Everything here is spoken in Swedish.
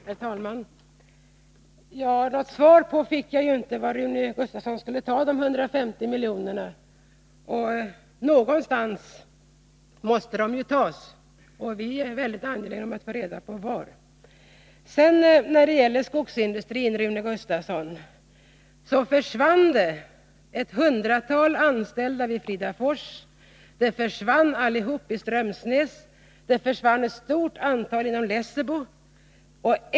Herr talman! Något svar på min fråga var Rune Gustavsson skulle ta de 150 miljonerna fick jag inte. Någonstans måste de ju tas — vi är angelägna om att få reda på var. När det gäller skogsindustrin vill jag påminna om att ett hundratal anställningar försvann vid Fridafors, alla arbetstillfällen försvann i Strömsnäsbruk och ett stort antal försvann inom Lessebo.